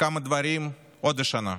כמה דברים עוד השנה.